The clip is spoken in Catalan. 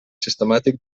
sistemàtic